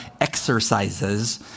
exercises